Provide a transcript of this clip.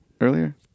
earlier